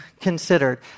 considered